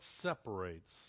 separates